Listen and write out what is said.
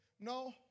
no